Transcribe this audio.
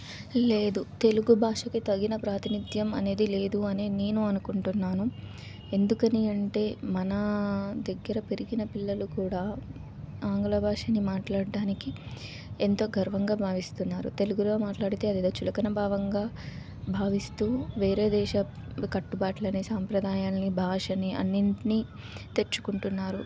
లేదు తెలుగు భాషకి తగిన ప్రాతినిథ్యం అనేది లేదు అని నేను అనుకుంటున్నాను ఎందుకని అంటే మనా దగ్గర పెరిగిన పిల్లలు కూడా ఆంగ్ల భాషని మాట్లాడటానికి ఎంతో గర్వంగా భావిస్తున్నారు తెలుగులో మాట్లాడితే అదేదో చులకన భావంగా భావిస్తూ వేరే దేశ కట్టుబాట్లని సాంప్రదాయాలని భాషని అన్నింటినీ తెచ్చుకుంటున్నారు